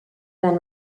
than